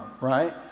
right